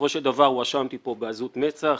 בסופו של דבר הואשמתי פה בעזות מצח,